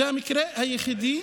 זה המקרה היחיד.